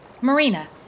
Marina